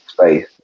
space